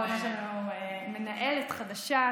יש לנו מנהלת חדשה,